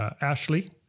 Ashley